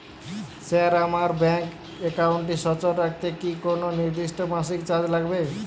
Sir আমার bank একাউন্টটি সচল রাখতে কি কোনো নির্দিষ্ট মাসিক চার্জ লাগবে?